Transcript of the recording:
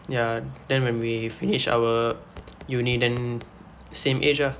ya then when we finish our uni then same age ah